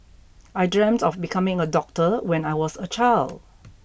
I dreamt of becoming a doctor when I was a child